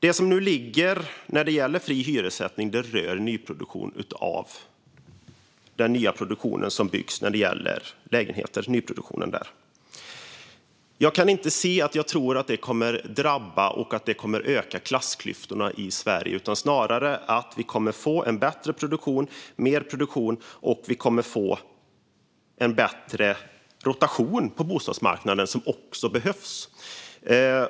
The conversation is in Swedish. Det förslag som föreligger om fri hyressättning rör nyproduktion av lägenheter. Jag kan inte se att det kommer att drabba någon och öka klassklyftorna i Sverige. Vi kommer snarare att få mer produktion och en bättre rotation på bostadsmarknaden, vilket behövs.